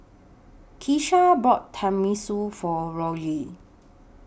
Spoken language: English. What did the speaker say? Keesha bought Tenmusu For Rory